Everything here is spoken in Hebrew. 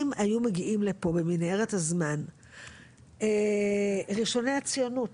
אם היו מגיעים לפה במנהרת הזמן ראשוני הציונות